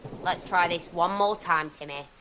lets try this one more time, timmy.